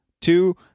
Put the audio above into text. Two